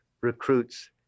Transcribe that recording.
recruits